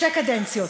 שתי קדנציות.